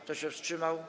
Kto się wstrzymał?